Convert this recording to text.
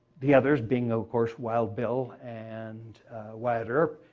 the others, being of course, wild bill and wyatt earp,